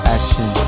Action